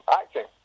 acting